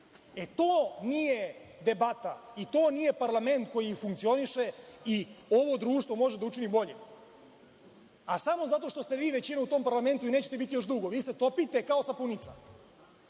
DS.To nije debata i to nije parlament koji funkcioniše i ovo društvo može da učini boljim. Samo zato što ste vi većina u tom parlamentu i nećete biti još dugo. Vi se topite kao sapunica.